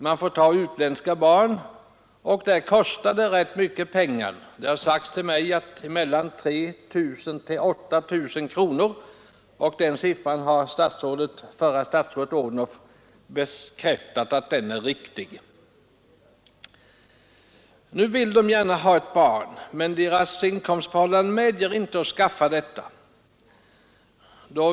Man får ta utländska barn, och det kostar rätt mycket pengar. Det har sagts mig att det rör sig om mellan 3 000 och 8 000 kronor, och att den siffran är riktig har förra statsrådet Odhnoff bekräftat. Dessa människor vill alltså gärna ha ett barn, men deras inkomstförhållanden medger inte att de adopterar ett barn från utlandet.